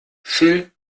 phil